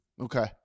Okay